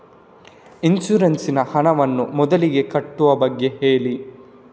insurance ನ ಹಣವನ್ನು ಮೊದಲಿಗೆ ಕಟ್ಟುವ ಬಗ್ಗೆ ಹೇಳಿ